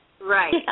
right